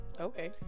Okay